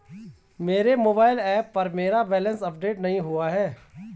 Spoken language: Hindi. मेरे मोबाइल ऐप पर मेरा बैलेंस अपडेट नहीं हुआ है